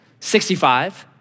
65